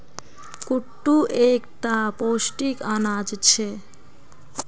कुट्टू एक टा पौष्टिक अनाज छे